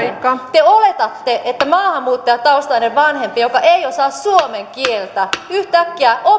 te oletatte että maahanmuuttajataustainen vanhempi joka ei osaa suomen kieltä yhtäkkiä